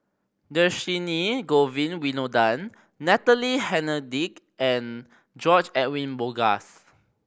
Dhershini Govin Winodan Natalie Hennedige and George Edwin Bogaars